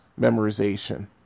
memorization